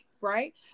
Right